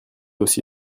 aussi